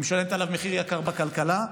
היא משלמת עליו מחיר יקר בכלכלה.